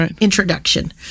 introduction